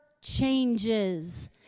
changes